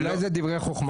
אולי זה דברי חכמה?